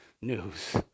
news